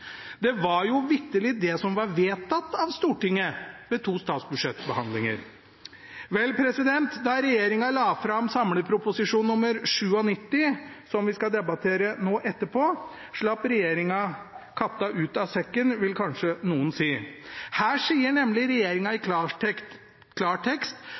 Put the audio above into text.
Det var jo vitterlig det som var vedtatt av Stortinget ved to statsbudsjettbehandlinger. Vel, da regjeringen la frem Prop. 97 S for 2013–2014, som vi skal debattere nå etterpå, slapp regjeringen katta ut av sekken, vil kanskje noen si. Her sier nemlig regjeringen i klartekst